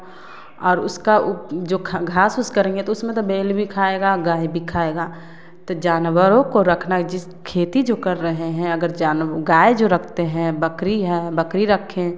और उसका उप जो ख घास उस करेंग तो उसमें तो बैल भी खाएगा गाय भी खाएगा तो जानवरों को रखना जिस खेती जो कर रहे हैं अगर जानवर गाय जो रखते हैं बकरी है बकरी रखे